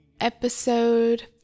episode